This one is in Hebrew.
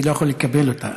אני לא יכול לקבל אותה.